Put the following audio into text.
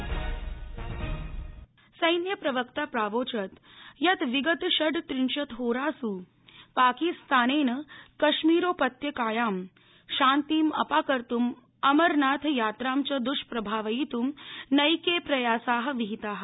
जम्मू सैन्यप्रवक्ता प्रावोचत् यत् विगत षड्रिंशत्होरास् पाकिस्तानमि कश्मीरोपत्यकायां शान्तिं अपाकर्त्म् अमरनाथयात्रां च द्वष्प्रभावयित् नैक ि प्रयासा विहिता